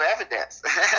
evidence